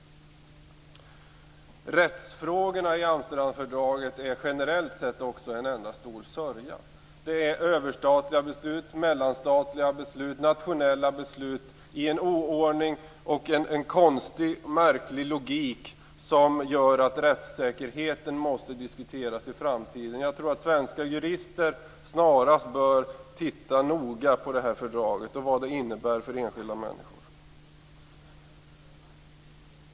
Rättsfrågorna i Amsterdamfördraget är generellt sett en enda stor sörja. Det är överstatliga beslut, mellanstatliga beslut och nationella beslut. Det är oordning och en konstig, märklig logik som gör att rättssäkerheten måste diskuteras i framtiden. Jag tror att svenska jurister snarast bör titta noga på fördraget och på vad det innebär för enskilda människor.